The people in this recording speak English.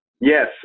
Yes